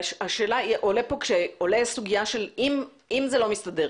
אם זה לא מסתדר,